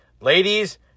Ladies